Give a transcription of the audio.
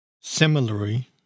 similarly